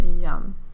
yum